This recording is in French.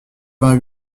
vingt